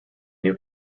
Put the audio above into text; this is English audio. new